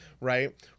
right